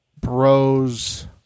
bros